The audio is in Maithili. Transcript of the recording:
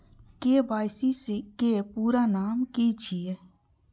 के.वाई.सी के पूरा नाम की छिय?